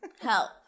Help